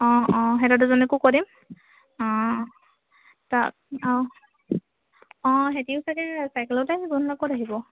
অঁ অঁ সিহঁতৰ দুজনীকো কৈ দিম অঁ তা অঁ অঁ সিহঁতিও চাগে চাইকেলতে আহিব নহ'লে ক'ত আহিব